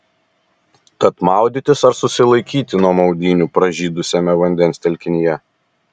tad maudytis ar susilaikyti nuo maudynių pražydusiame vandens telkinyje